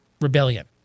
rebellion